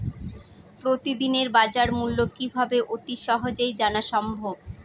প্রতিদিনের বাজারমূল্য কিভাবে অতি সহজেই জানা সম্ভব?